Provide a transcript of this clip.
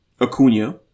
Acuna